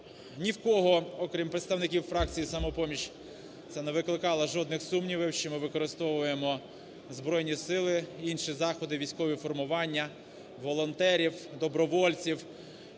Ні в кого, окрім представників фракції "Самопоміч", це не викликало жодних сумнівів, що ми використовуємо збройні сили, інші заходи, військові формування, волонтерів, добровольців,